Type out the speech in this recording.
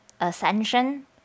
ascension